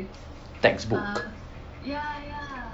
textbook